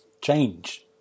change